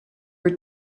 were